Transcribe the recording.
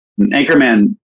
Anchorman